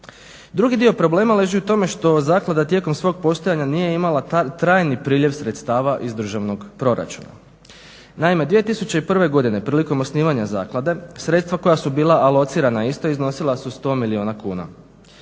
Drugi dio problema leži u tome što zaklada tijekom svog postojanja nije imala trajni priliv sredstava iz državnog proračuna. Naime, 2001.godine prilikom osnivanja zaklade sredstva koja su bila alocirana isto iznosila su 100 milijuna kuna.